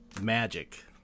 magic